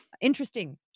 interesting